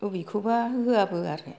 अबेखौबा होयाबो आरो